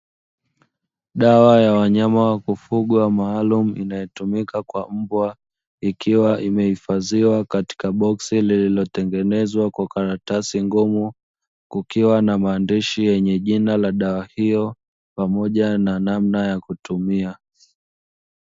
Dawa wa wanyama wa kufugwa maalumu inayotumika kwa mbwa, ikiwa imehifadhiwa kwenye boksi lililotengenezwa kwa karatasi ngumu, kukiwa na maandishi yenye jina la dawa hiyo pamoja na namna ya kutumia.